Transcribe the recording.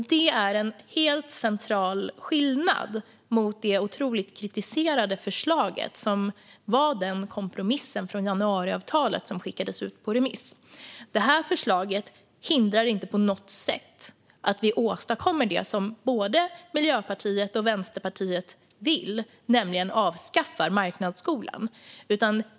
Det är en helt central skillnad mot det otroligt kritiserade förslag som var en kompromiss från januariavtalet och som skickades ut på remiss. Detta förslag hindrar inte på något sätt att vi åstadkommer det som både Miljöpartiet och Vänsterpartiet vill, nämligen att avskaffa marknadsskolan.